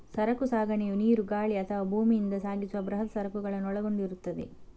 ಸರಕು ಸಾಗಣೆಯು ನೀರು, ಗಾಳಿ ಅಥವಾ ಭೂಮಿಯಿಂದ ಸಾಗಿಸುವ ಬೃಹತ್ ಸರಕುಗಳನ್ನು ಒಳಗೊಂಡಿರುತ್ತದೆ